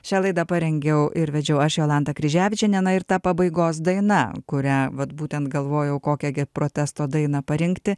šią laidą parengiau ir vedžiau aš jolanta kryževičienė na ir ta pabaigos daina kurią vat būtent galvojau kokią gi protesto dainą parinkti